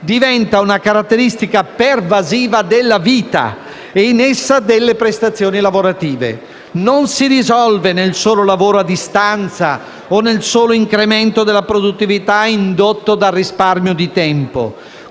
diventa una caratteristica pervasiva della vita e in essa delle prestazioni lavorative. Essa non si risolve nel solo lavoro a distanza o nel solo incremento della produttività indotto dal risparmio di tempo,